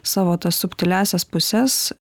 savo tas subtiliąsias puses